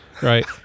Right